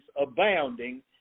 abounding